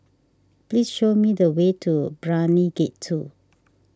please show me the way to Brani Gate two